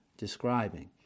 describing